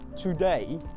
today